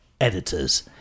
editors